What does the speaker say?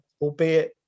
albeit